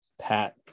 Pat